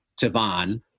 Tavon